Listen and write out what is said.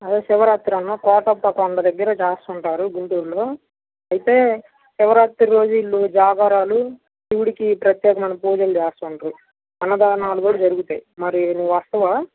అదే శివరాత్రి అన్నా కోటప్పకొండ దగ్గర చేస్తుంటారు గుంటూరులో అయితే శివరాత్రి రోజు వీళ్ళు జాగారాలు శివుడికి ప్రత్యేకమైన పూజలు చేస్తుంటారు అన్నదానాలు కూడా జరుగుతాయి మరి నువ్వు వస్తావా